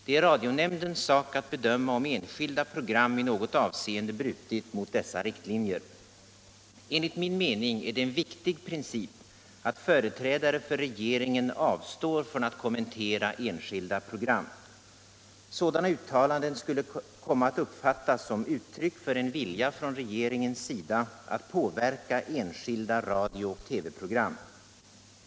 Det är radionämndens sak att bedöma om enskilda program i något avseende brutit mot dessa riktlinjer. Enligt min mening är det en viktig princip att företrädare för regeringen avstår från att kommentera enskilda program. Sådana uttalanden skulle komma att uppfattas som uttryck för en vilja från regeringens sida att påverka enskilda radiooch TV-program.